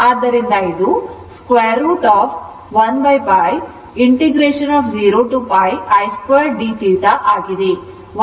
ಆದ್ದರಿಂದ ಇದು √1 π 0 to π i2dθ ಆಗಿದೆ